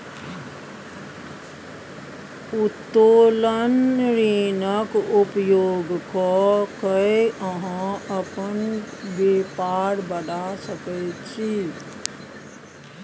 उत्तोलन ऋणक उपयोग क कए अहाँ अपन बेपार बढ़ा सकैत छी